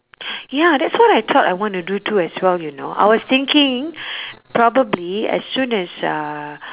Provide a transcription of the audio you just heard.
ya that's what I thought I wanna do too as well you know I was thinking probably as soon as uh